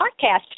podcast